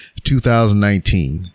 2019